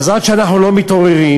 עד שאנחנו לא מתעוררים,